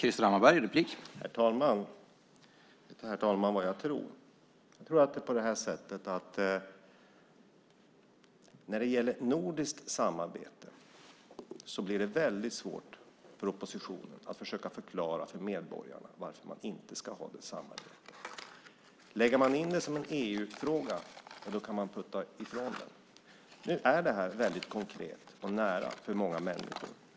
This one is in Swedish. Herr talman! Jag tror att det när det gäller nordiskt samarbete blir väldigt svårt för oppositionen att försöka förklara för medborgarna varför man inte ska ha ett samarbete. Om man lägger in det som en EU-fråga kan man putta bort den. Nu är det här väldigt konkret och nära för många människor.